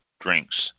drinks